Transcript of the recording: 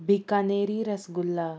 Bikaneri rasgulla